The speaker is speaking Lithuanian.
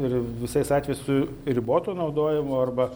ir visais atvejais su riboto naudojimo arba